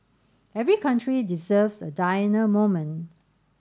every country deserves a Diana moment